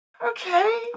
Okay